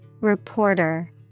Reporter